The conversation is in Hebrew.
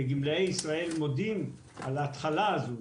וגמלאי ישראל מודים על ההתחלה הזאת.